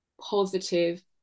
positive